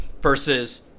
versus